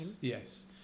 yes